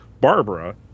barbara